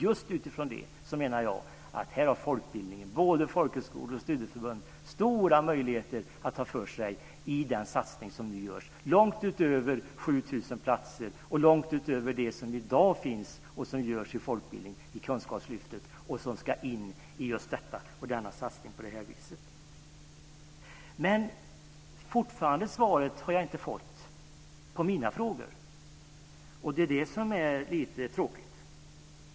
Just utifrån det menar jag att folkbildningen - både folkhögskolor och studieförbund - här har stora möjligheter att ta för sig i den satsning som nu görs långt utöver de 7 000 platserna och långt utöver det som i dag görs i folkbildning och i Kunskapslyftet och som ska in i just denna satsning på detta vis. Men fortfarande har jag inte fått något svar på mina frågor. Det är det som är lite tråkigt.